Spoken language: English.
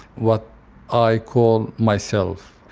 what i call myself.